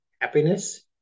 happiness